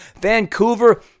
Vancouver